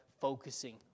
focusing